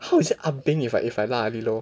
how is that ah beng if I if I lah and leh lor